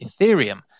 Ethereum